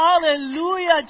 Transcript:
hallelujah